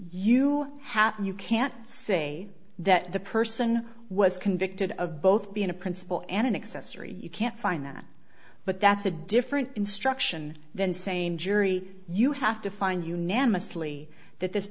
you have you can't say that the person was convicted of both being a principal and an accessory you can't find that but that's a different instruction then same jury you have to find unanimously that this